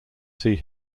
see